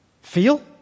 Feel